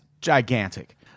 gigantic